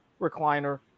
recliner